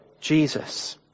Jesus